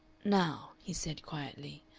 now, he said, quietly,